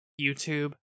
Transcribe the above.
YouTube